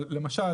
למשל,